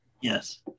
Yes